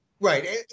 Right